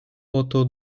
oto